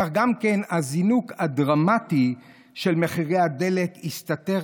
כך גם הזינוק הדרמטי של מחירי הדלק הסתתר